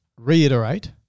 reiterate